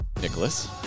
Nicholas